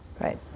right